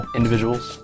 individuals